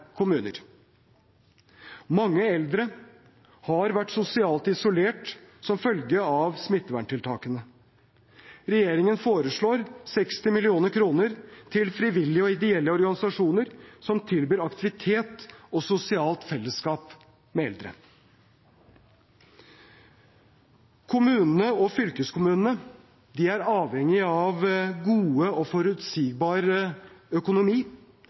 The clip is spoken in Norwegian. kommuner. Mange eldre har vært sosialt isolert som følge av smitteverntiltakene. Regjeringen foreslår 60 mill. kr til frivillige og ideelle organisasjoner som tilbyr aktivitet og sosialt fellesskap for eldre. Kommunene og fylkeskommunene er avhengige av god og forutsigbar økonomi